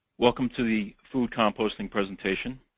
welcome to the food composting presentation.